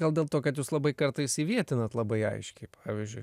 gal dėl to kad jus labai kartais įvietinat labai aiškiai pavyzdžiui